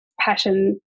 passion